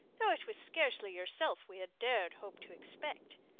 though it was scarcely yourself we had dared hope to expect.